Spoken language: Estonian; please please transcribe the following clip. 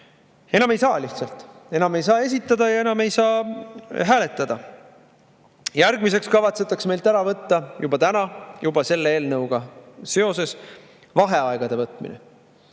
Enam ei saa, lihtsalt enam ei saa esitada ja enam ei saa hääletada. Järgmiseks kavatsetakse meilt ära võtta, juba täna, juba selle eelnõuga seoses, vaheaegade võtmine.